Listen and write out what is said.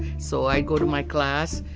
so i go to my class,